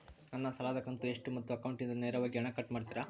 ನನ್ನ ಸಾಲದ ಕಂತು ಎಷ್ಟು ಮತ್ತು ಅಕೌಂಟಿಂದ ನೇರವಾಗಿ ಹಣ ಕಟ್ ಮಾಡ್ತಿರಾ?